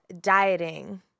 dieting